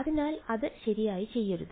അതിനാൽ അത് ശരിയായി ചെയ്യരുത്